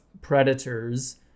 predators